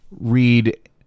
read